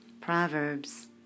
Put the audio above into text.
Proverbs